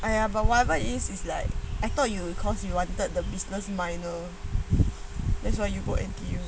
!aiya! ah whatever is is like I thought you because you wanted the business minor that's why you go N_T_U